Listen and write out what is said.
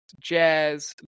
Jazz